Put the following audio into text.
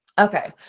Okay